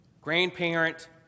grandparent